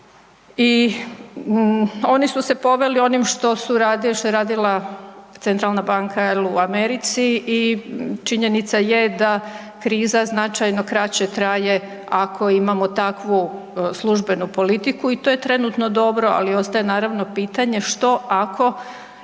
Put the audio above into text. I oni su se poveli onim što su, što je radila centralna banka jel u Americi i činjenica je da kriza značajno kraće traje ako imamo takvu službenu politiku i to je trenutno dobro, ali ostaje naravno pitanje što ako